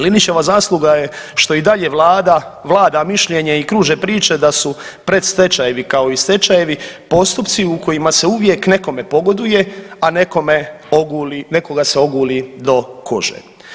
Linićeva zasluga je što i dalje vlada mišljenje i kruže priče da su predstečajevi kao i stečajevi postupci u kojima se uvijek nekome pogoduje a nekoga se oguli do kože.